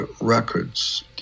Records